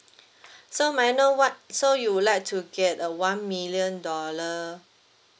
so may I know what so you would like to get a one million dollar